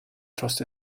trust